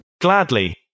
Gladly